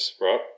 right